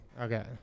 Okay